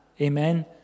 Amen